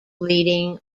leading